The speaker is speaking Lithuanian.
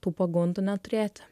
tų pagundų neturėti